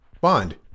Bond